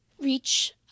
reach